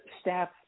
staff